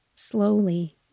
Slowly